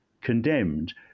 condemned